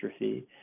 dystrophy